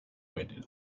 win